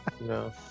No